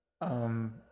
Um